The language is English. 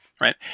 right